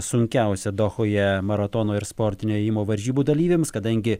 sunkiausia dohoje maratono ir sportinio ėjimo varžybų dalyviams kadangi